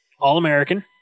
All-American